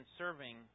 serving